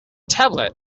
tablet